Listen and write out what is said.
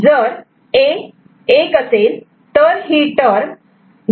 जर A 1 असेल तर ही टर्म 0